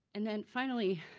and then finally,